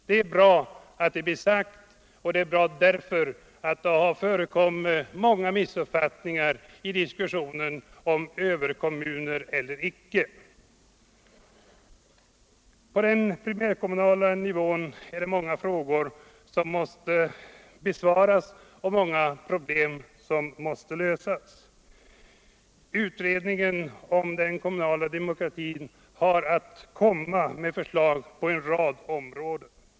Det är bra att det blir sagt — därför att det har förekommit många missuppfattningar i diskussionen om överkommuner eller icke. På den primärkommunala nivån är det många frågor som måste besvaras och många problem som måste lösas. Utredningen om den kommunala demokratin har att lägga fram förslag på en rad områden.